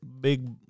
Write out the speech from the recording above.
big